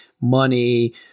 money